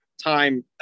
time